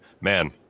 Man